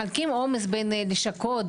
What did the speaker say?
מחלקים עומס בין לשכות,